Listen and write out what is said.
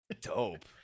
dope